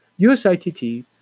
USITT